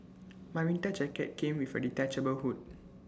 my winter jacket came with A detachable hood